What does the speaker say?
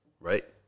right